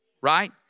Right